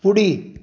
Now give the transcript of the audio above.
उडी